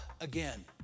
again